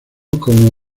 como